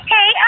Hey